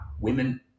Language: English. women